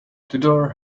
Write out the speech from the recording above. tudor